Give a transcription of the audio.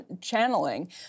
channeling